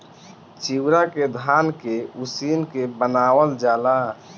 चिवड़ा के धान के उसिन के बनावल जाला